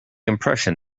impression